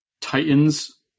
Titans